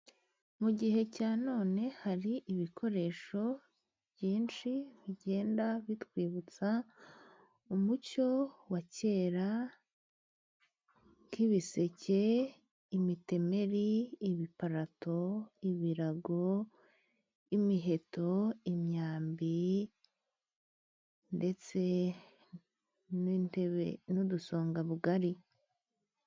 Mu gihe cya none hari ibikoresho byinshi bigenda bitwibutsa umucyo wa kera. Nk'ibiseke, imitemeri, ibiparato, ibirago, imiheto, imyambi, ndetse n'intebe n'udusongabugari.